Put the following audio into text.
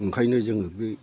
ओंखायनो जों बे